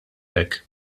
hekk